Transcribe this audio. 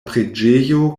preĝejo